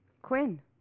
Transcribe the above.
Quinn